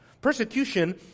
Persecution